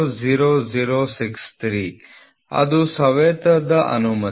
00063 ಅದು ಸವೆತದ ಅನುಮತಿ